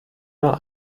nur